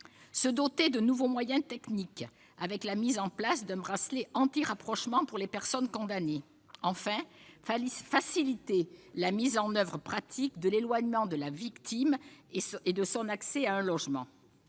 dotions de nouveaux moyens techniques, avec le port d'un bracelet anti-rapprochement par les personnes condamnées. Enfin, il tend à faciliter la mise en oeuvre pratique de l'éloignement de la victime et son accès à un logement.